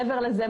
מעבר לזה,